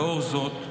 לאור זאת,